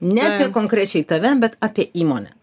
ne apie konkrečiai tave bet apie įmonę